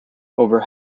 over